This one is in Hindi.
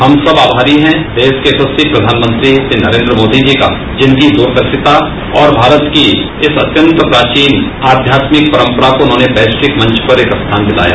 हम सब आभारी हैं देश के यशस्वी प्रधानमंत्री श्री नरेन्द्र मोदी जी का जिनकी दूरदर्शिता और भारत की इस अत्यंत प्राचीन आध्यात्मिक परम्परा को उन्होंने वैश्विक मंच पर एक स्थान दिलाया